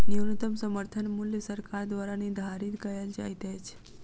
न्यूनतम समर्थन मूल्य सरकार द्वारा निधारित कयल जाइत अछि